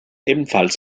ebenfalls